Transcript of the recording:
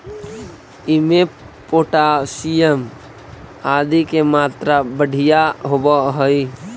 इमें पोटाशियम आदि के मात्रा बढ़िया होवऽ हई